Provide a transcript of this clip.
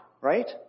right